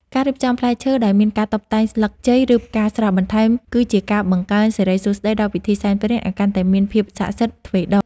ការរៀបចំផ្លែឈើដោយមានការតុបតែងស្លឹកជ័យឬផ្កាស្រស់បន្ថែមគឺជាការបង្កើនសិរីសួស្តីដល់ពិធីសែនព្រេនឱ្យកាន់តែមានភាពស័ក្តិសិទ្ធិទ្វេដង។